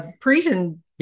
Parisian